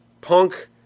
Punk